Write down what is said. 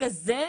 ומרגע זה,